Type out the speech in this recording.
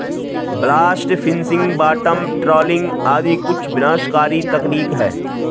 blast fishing, bottom trawling आदि कुछ विनाशकारी तकनीक है